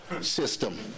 system